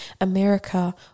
America